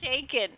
taken